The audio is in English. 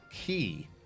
key